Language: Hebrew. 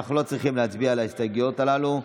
ואנחנו לא צריכים להצביע על ההסתייגויות הללו.